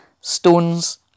stones